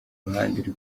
ruhande